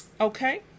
okay